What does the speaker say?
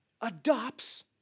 adopts